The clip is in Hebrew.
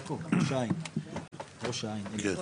(יו"ר יעקב אשר, 12:10)